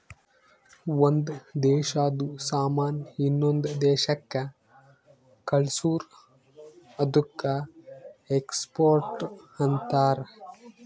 ಒಂದ್ ದೇಶಾದು ಸಾಮಾನ್ ಇನ್ನೊಂದು ದೇಶಾಕ್ಕ ಕಳ್ಸುರ್ ಅದ್ದುಕ ಎಕ್ಸ್ಪೋರ್ಟ್ ಅಂತಾರ್